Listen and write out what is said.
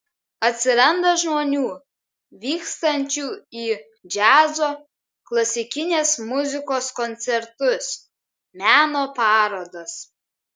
atsiranda žmonių vykstančių į džiazo klasikinės muzikos koncertus meno parodas